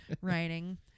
writing